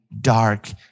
dark